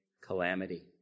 calamity